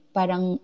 parang